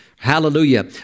Hallelujah